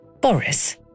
Boris